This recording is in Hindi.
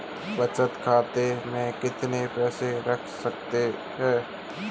बचत खाते में कितना पैसा रख सकते हैं?